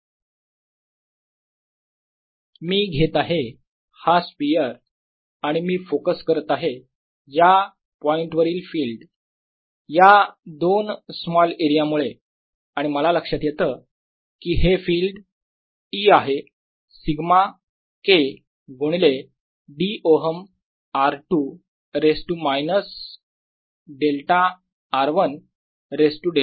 E∝1r2 δ δ0 Eσdr22r22 δ σdr12r12 δkkσd मी घेत आहे हा स्पियर आणि मी फोकस करत आहे या पॉईंट वरील फिल्ड वर या दोन स्मॉल एरिया मुळे आणि मला लक्षात येतं की हे फिल्ड E आहे सिग्मा k गुणिले dΩ r 2 raise to delta minus r 1 raise to delta